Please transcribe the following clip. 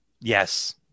Yes